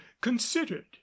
considered